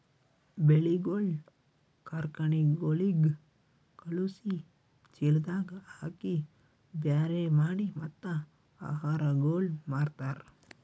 ಬೆಳಿಗೊಳ್ ಕಾರ್ಖನೆಗೊಳಿಗ್ ಖಳುಸಿ, ಚೀಲದಾಗ್ ಹಾಕಿ ಬ್ಯಾರೆ ಮಾಡಿ ಮತ್ತ ಆಹಾರಗೊಳ್ ಮಾರ್ತಾರ್